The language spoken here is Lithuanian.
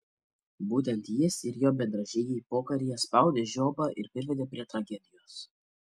būtent jis ir jo bendražygiai pokaryje spaudė žiobą ir privedė prie tragedijos